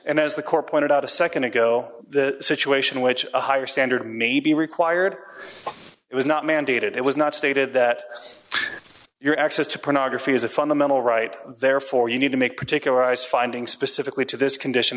and as the corps pointed out a nd ago the situation which a higher standard may be required it was not mandated it was not stated that your access to porn odyssey is a fundamental right therefore you need to make particularized finding specifically to this condition